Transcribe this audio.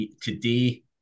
Today